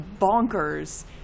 bonkers